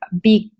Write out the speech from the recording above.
big